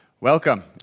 Welcome